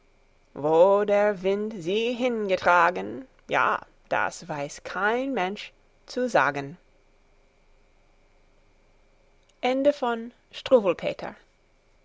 wo der wind sie hingetragen ja das weiß kein mensch zu sagen